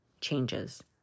changes